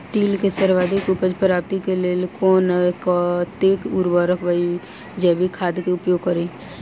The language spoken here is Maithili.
तिल केँ सर्वाधिक उपज प्राप्ति केँ लेल केँ कुन आ कतेक उर्वरक वा जैविक खाद केँ उपयोग करि?